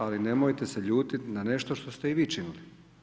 Ali nemojte se ljutiti na nešto što ste i vi činili.